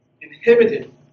inhibited